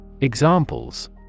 Examples